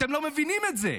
אתם לא מבינים את זה.